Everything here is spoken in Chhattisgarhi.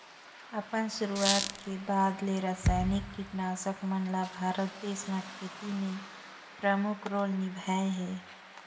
अपन शुरुआत के बाद ले रसायनिक कीटनाशक मन ल भारत देश म खेती में प्रमुख रोल निभाए हे